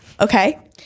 okay